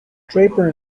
draper